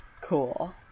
Cool